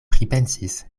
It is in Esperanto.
pripensis